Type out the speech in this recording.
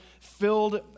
filled